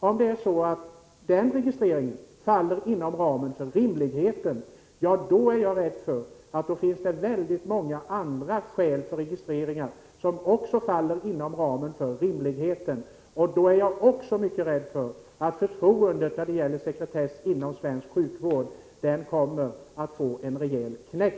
Om det är så att den registreringen faller inom ramen för det rimliga, är jag rädd för att det finns många andra skäl för registrering. Då är jag också mycket rädd för att förtroendet för sekretessen inom svensk sjukvård kommer att få en rejäl knäck.